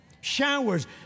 Showers